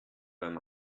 beim